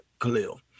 Khalil